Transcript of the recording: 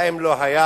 האם לא היה